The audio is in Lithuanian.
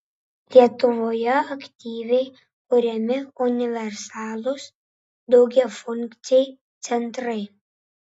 lietuvoje aktyviai kuriami universalūs daugiafunkciai centrai